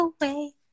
away